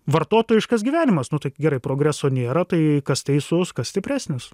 vartotojiškas gyvenimas nu tai gerai progreso nėra tai kas teisus kas stipresnis